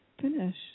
finish